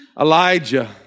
Elijah